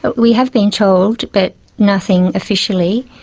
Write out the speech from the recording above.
but we have been told, but nothing officially,